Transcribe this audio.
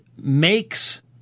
makes